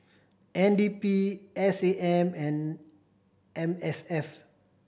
N D P S A M and M S F